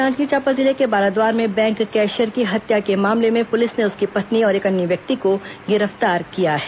जांजगीर चांपा जिले के बाराद्वार में बैंक कैशियर की हत्या के मामले में पुलिस ने उसकी पत्नी और एक अन्य व्यक्ति को गिरफ्तार किया है